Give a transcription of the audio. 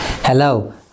Hello